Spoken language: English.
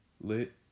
lit